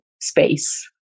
space